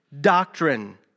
doctrine